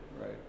right